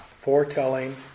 foretelling